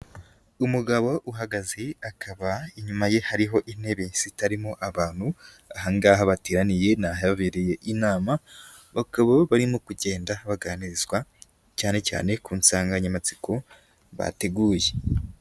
Umugabo uhagaze akaba inyuma ye hariho intebe zitarimo abantu, ahangaha batiye ni ahabereye inama, bakaba barimo kugenda baganizwa cyane cyane ku nsanganyamatsiko bateguye.